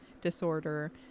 disorder